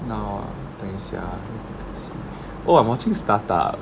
now 等一下 ah oh I'm watching start up